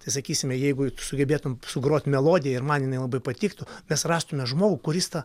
tai sakysime jeigu sugebėtum sugrot melodiją ir man jinai labai patiktų mes rastume žmogų kuris tą